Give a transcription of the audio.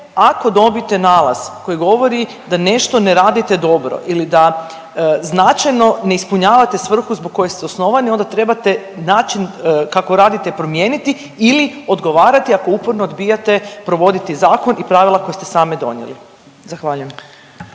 ako dobite nalaz koji govori da nešto ne radite dobro ili da značajno ne ispunjavate svrhu zbog koje ste osnovani, onda trebate način kako radite promijeniti ili odgovarati ako uporno odbijate provoditi zakon i pravila koji ste sami donijeli. Zahvaljujem.